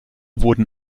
wurden